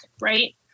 right